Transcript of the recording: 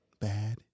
bad